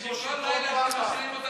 תביני שכל לילה שאתם משאירים אותנו,